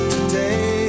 Today